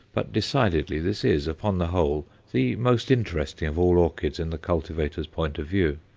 but decidedly this is, upon the whole, the most interesting of all orchids in the cultivator's point of view.